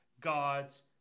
God's